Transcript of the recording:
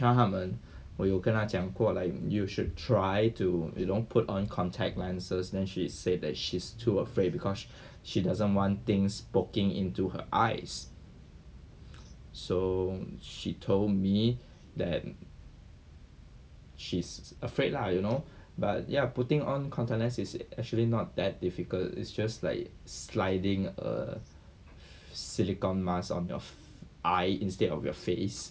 他们我有跟他讲过 like you should try to you know put on contact lenses then she said that she's too afraid because she doesn't want things poking into her eyes so she told me that she's afraid lah you know but ya putting on contact lens is actually not that difficult it's just like sliding a silicon mask on your eye instead of your face